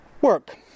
work